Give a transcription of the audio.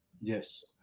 Yes